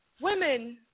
women